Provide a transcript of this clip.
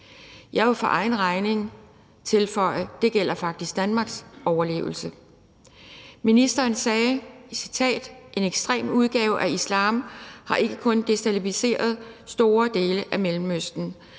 Jeg vil for egen regning tilføje, at det faktisk gælder Danmarks overlevelse. Ministeren sagde: »En ekstrem udgave af islam har ikke kun destabiliseret store dele af Mellemøsten.